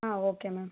okay ma'am